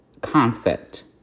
concept